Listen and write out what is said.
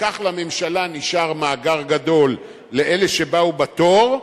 וכך לממשלה נשאר מאגר גדול לאלה שבאו בתור,